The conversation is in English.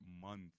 month